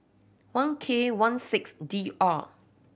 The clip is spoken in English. one K one six D R